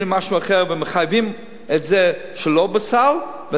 לי משהו אחר ומחייבים את זה שלא בסל,